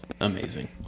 amazing